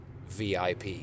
VIP